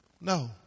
No